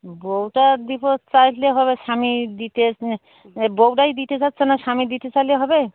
ও বউটা ডিভোর্স চাইলে হবে স্বামী দিতে এ বউটাই দিতে চাইছে না স্বামী দিতে চাইলে হবে